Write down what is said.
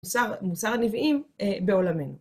מוסר הנביאים בעולמנו.